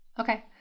Okay